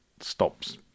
stops